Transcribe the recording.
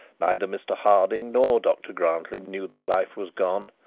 neither mr harding nor dr grantly knew that life was gone,